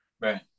right